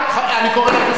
אני אאפשר לך.